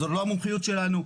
זאת לא המומחיות שלנו,